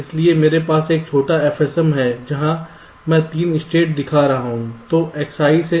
इसलिए मेरे पास एक छोटा FSM है जहां मैं 3 स्टेट दिखा रहा हूं